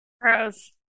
Gross